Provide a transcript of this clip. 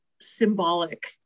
symbolic